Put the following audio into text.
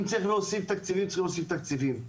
אם צריך להוסיף תקציבים, להוסיף תקציבים.